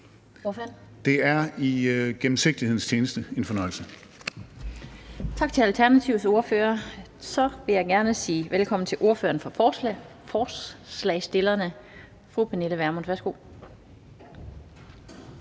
Den fg. formand (Annette Lind): Tak til Alternativets ordfører. Så vil jeg gerne sige velkommen til ordføreren for forslagsstillerne, fru Pernille Vermund